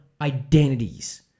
identities